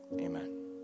amen